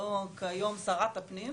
או כיום שרת הפנים,